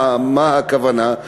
מה הכוונה?